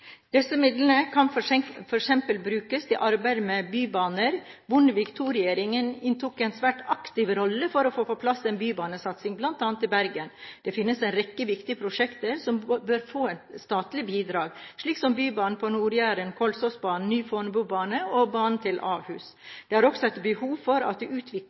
Disse midlene kan f.eks. brukes i arbeidet med bybaner. Bondevik II-regjeringen inntok en svært aktiv rolle for å få på plass en bybanesatsing, bl.a. i Bergen. Det finnes en rekke viktige prosjekter som bør få et statlig bidrag, slik som bybanen på Nord-Jæren, Kolsåsbanen, ny Fornebubane og bane til Ahus. Det er også behov for at